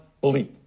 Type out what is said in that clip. belief